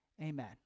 Amen